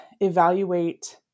evaluate